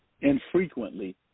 infrequently